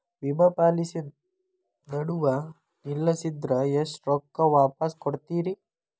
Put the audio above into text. ವಿಮಾ ಪಾಲಿಸಿ ನಡುವ ನಿಲ್ಲಸಿದ್ರ ಎಷ್ಟ ರೊಕ್ಕ ವಾಪಸ್ ಕೊಡ್ತೇರಿ?